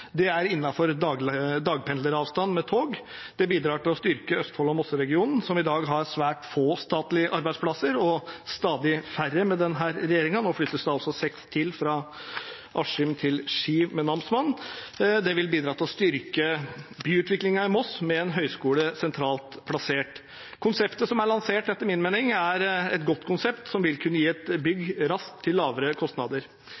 Det er innenfor dagpendleravstand med tog, og det bidrar til å styrke Østfold og Mosseregionen, som i dag har svært få statlige arbeidsplasser, og stadig færre med denne regjeringen. Nå flyttes det altså med Namsmannen seks til fra Askim til Ski. En høgskole sentralt plassert vil bidra til å styrke byutviklingen i Moss. Konseptet som er lansert, er etter min mening et godt konsept som vil kunne gi et